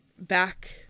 Back